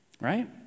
Right